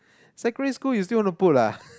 secondary school you still wanna put ah